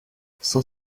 cent